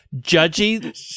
judgy